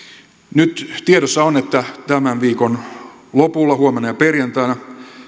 nyt tiedossa on että tämän viikon lopulla huomenna ja perjantaina